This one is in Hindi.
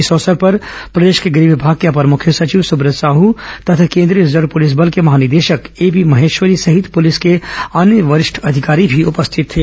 इस अवसर पर प्रदेश के गृह विभाग के अपर मुख्य सचिव सुब्रत साह तथा केंद्रीय रिजर्व पुलिस बल के महानिदेशक ए पी महेश्वरी सहित पुलिस के अन्य वरिष्ठ अधिकारी भी उपस्थित थे